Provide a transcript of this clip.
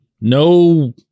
No